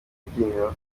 rubyiniro